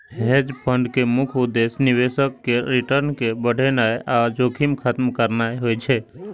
hedge fund के मुख्य उद्देश्य निवेशक केर रिटर्न कें बढ़ेनाइ आ जोखिम खत्म करनाइ होइ छै